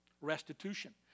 Restitution